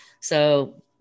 So-